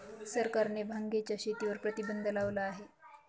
सरकारने भांगेच्या शेतीवर प्रतिबंध लावला आहे